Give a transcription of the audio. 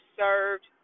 served